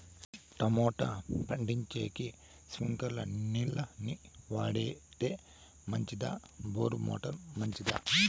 Tomato పండించేకి స్ప్రింక్లర్లు నీళ్ళ ని వాడితే మంచిదా బోరు మోటారు మంచిదా?